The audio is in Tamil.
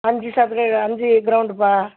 அஞ்சு சதுர அஞ்சு க்ரௌண்டுப்பா